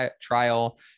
trial